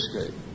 escape